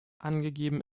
angegeben